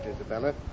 Isabella